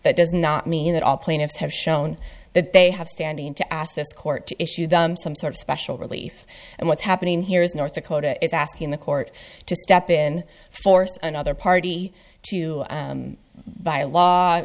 that does not mean that all plaintiffs have shown that they have standing to ask this court to issue them some sort of special relief and what's happening here is north dakota is asking the court to step in force another party to by law